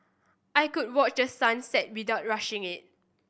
I could watch the sun set without rushing it